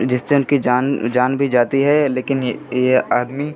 जिससे उनकी जान जान भी जाती है लेकिन यह यह आदमी